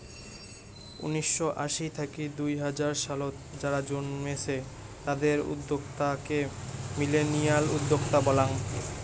উনিসশো আশি থাকি দুই হাজার সালত যারা জন্মেছে তাদের উদ্যোক্তা কে মিলেনিয়াল উদ্যোক্তা বলাঙ্গ